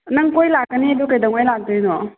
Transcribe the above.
ꯅꯪ ꯀꯣꯏ ꯂꯥꯛꯀꯅꯦꯗꯣ ꯀꯩꯗꯧꯉꯩ ꯂꯥꯛꯇꯣꯏꯅꯣ